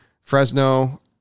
Fresno